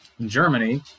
Germany